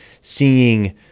seeing